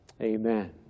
Amen